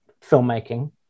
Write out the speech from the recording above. filmmaking